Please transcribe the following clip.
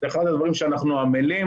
זה אחד הדברים שאנחנו עמלים,